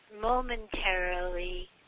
momentarily